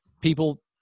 People